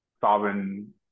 sovereign